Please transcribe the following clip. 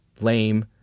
lame